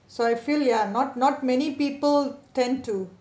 so I feel ya not not many people tend to